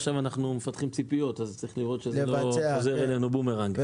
עכשיו אנחנו מפתחים ציפיות אז צריך לראות שזה לא חוזר אלינו בבומרנג.